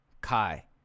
Kai